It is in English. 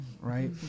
right